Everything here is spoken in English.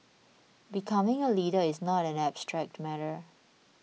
becoming a leader is not an abstract matter